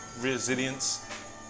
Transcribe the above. resilience